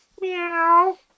Meow